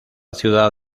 ciudad